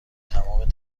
تمام